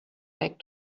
back